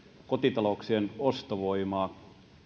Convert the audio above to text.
kotitalouksien ostovoimaa